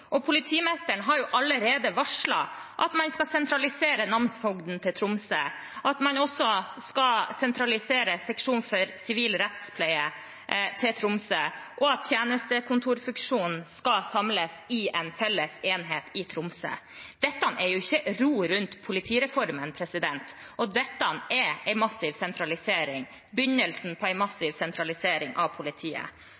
Politimesteren har allerede varslet at man skal sentralisere namsfogden til Tromsø, at man også skal sentralisere seksjon for sivil rettspleie til Tromsø, og at tjenestekontorfunksjonen skal samles i en felles enhet i Tromsø. Dette er ikke ro rundt politireformen, dette er begynnelsen på en massiv sentralisering